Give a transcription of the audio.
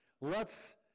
lets